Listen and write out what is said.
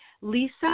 Lisa